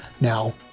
Now